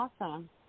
awesome